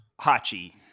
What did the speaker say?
Hachi